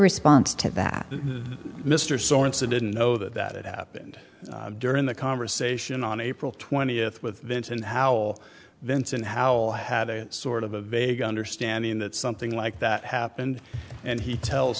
response to that mr sorenson didn't know that it happened during the conversation on april twentieth with vince and howell vince and how had it sort of a vague understanding that something like that happened and he tells